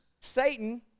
Satan